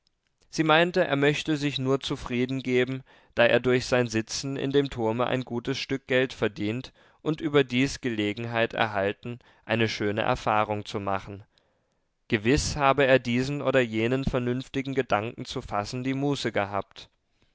sie meinte er möchte sich nur zufrieden geben da er durch sein sitzen in dem turme ein gutes stück geld verdient und überdies gelegenheit erhalten eine schöne erfahrung zu machen gewiß habe er diesen oder jenen vernünftigen gedanken zu fassen die muße gehabt